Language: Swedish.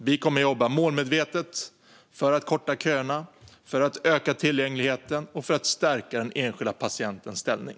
Vi kommer att jobba målmedvetet för att korta köerna, öka tillgängligheten och stärka den enskilda patientens ställning.